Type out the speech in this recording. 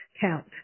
count